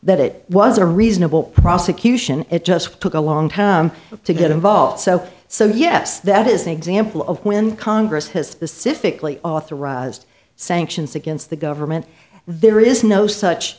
that it was a reasonable prosecution it just took a long time to get involved so so yes that is an example of when congress has specific authorized sanctions against the government there is no such